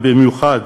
ובמיוחד